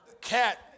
Cat